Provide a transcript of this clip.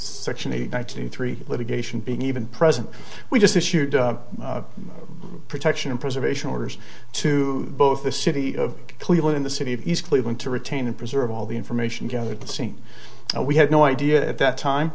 section eight ninety three litigation being even present we just issued protection and preservation orders to both the city of cleveland in the city of east cleveland to retain and preserve all the information gathered at the scene and we had no idea at that time